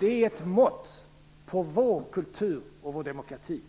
är ett mått på vår kultur och vår demokrati.